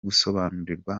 gusobanukirwa